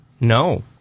No